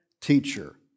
teacher